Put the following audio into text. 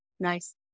Nice